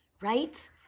Right